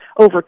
Over